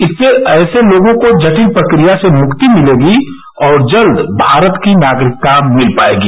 इससे ऐसे लोगों को जटिल प्रक्रिया से मुक्ति मिलेगी और जल्द भारत की नागरिकता मिल पाएगी